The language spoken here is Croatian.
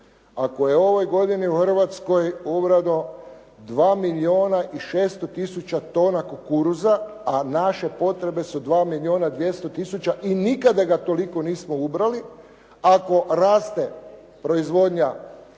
Ako je u ovoj godini u Hrvatskoj ubrano 2 milijona i 600 tisuća tuna kukuruza, a naše potrebe su 2 milijona 200 tisuća i nikada ga toliko nismo ubrali, ako raste proizvodnja vina,